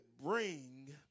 bring